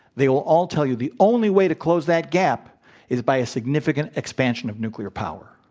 they will all tell you the only way to close that gap is by a significant expansion of nuclear power.